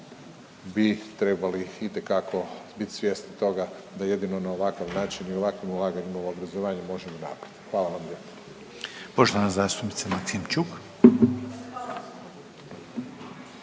bi trebali itekako bit svjesni toga da jedino na ovakav način i ovakvim ulaganjima u obrazovanje možemo naprijed, hvala vam lijepo. **Reiner, Željko